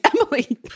emily